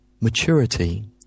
maturity